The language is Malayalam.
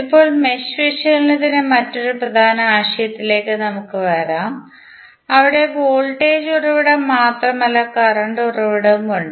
ഇപ്പോൾ മെഷ് വിശകലനത്തിന്റെ മറ്റൊരു പ്രധാന ആശയത്തിലേക്ക് നമുക്ക് വരാം അവിടെ വോൾട്ടേജ് ഉറവിടം മാത്രമല്ല കറന്റ് ഉറവിടവും ഉണ്ട്